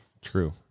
True